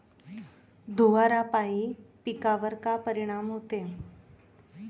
धुवारापाई पिकावर का परीनाम होते?